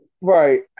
Right